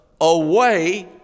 away